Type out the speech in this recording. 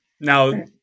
now